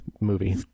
Movie